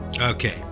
Okay